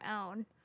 own